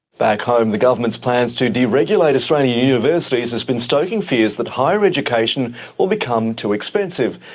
back home the government's plans to deregulate australian universities has been stoking fears that higher education will become too expensive.